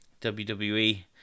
WWE